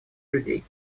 людей